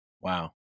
Wow